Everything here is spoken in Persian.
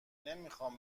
نمیخوام